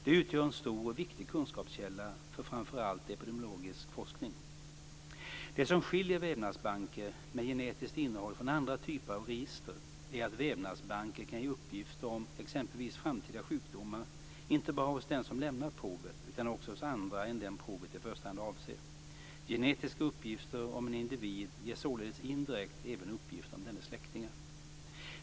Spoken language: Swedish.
De utgör en stor och viktig kunskapskälla för framför allt epidemiologisk forskning. Det som skiljer vävnadsbanker med genetiskt innehåll från andra typer av register är att vävnadsbanker kan ge uppgift om exempelvis framtida sjukdomar, inte bara hos den som lämnat provet utan också hos andra än den provet i första hand avser. Genetiska uppgifter om en individ ger således indirekt även uppgifter om dennes släktingar.